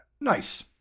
Nice